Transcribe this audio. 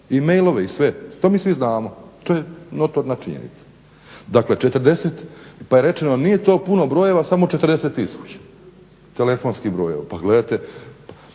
I mailove i sve, to mi svi znamo, to je notorna činjenica. Dakle, 40, pa je rečeno nije to puno brojeva samo 40 tisuća telefonskih brojeva. Pa gledajte,